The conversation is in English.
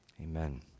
Amen